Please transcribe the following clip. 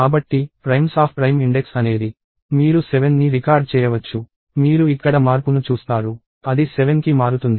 కాబట్టి primesprime index అనేది - మీరు 7 ని రికార్డ్ చేయవచ్చు మీరు ఇక్కడ మార్పును చూస్తారు అది 7 కి మారుతుంది